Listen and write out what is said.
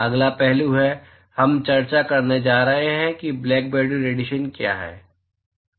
अगला पहलू है हम चर्चा करने जा रहे हैं कि ब्लैकबॉडी रेडिएशन क्या है